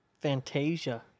Fantasia